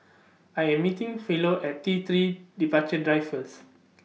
I Am meeting Philo At T three Departure Drive First